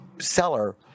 seller